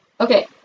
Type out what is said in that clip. Okay